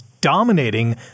dominating